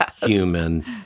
human